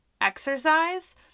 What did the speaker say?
exercise